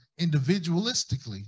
individualistically